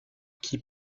qui